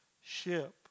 ship